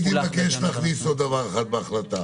אני הייתי מבקש להכניס עוד דבר אחד בהחלטה,